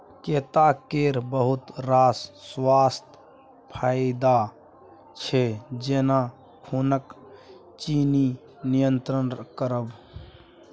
कैता केर बहुत रास स्वास्थ्य फाएदा छै जेना खुनक चिन्नी नियंत्रण करब